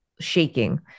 shaking